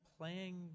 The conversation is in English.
playing